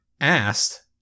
asked